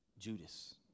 Judas